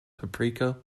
paprika